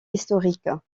historiques